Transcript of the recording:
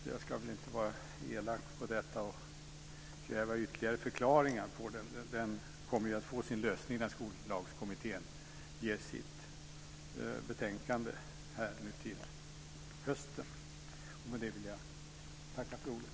Jag ska inte vara elak och kräva ytterligare förklaringar. Frågan kommer ju att få sin lösning när Skollagskommittén ger sitt betänkande till hösten. Med det vill jag tacka för ordet.